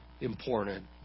important